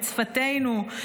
את שפתנו,